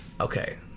Okay